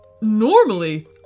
Normally